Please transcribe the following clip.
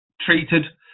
treated